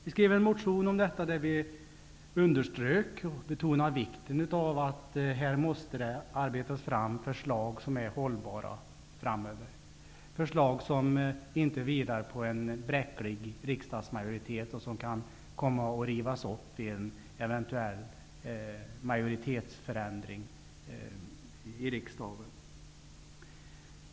Vi ansåg att man måste betona vikten av att det tas fram förslag som är hållbara framöver, förslag som inte vilar på en bräcklig riksdagsmajoritet och kan komma att rivas upp vid en eventuell majoritetsförändring i riksdagen.